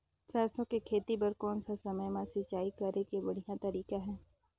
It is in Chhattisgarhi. सरसो के खेती बार कोन सा समय मां सिंचाई करे के बढ़िया तारीक हे?